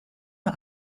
nur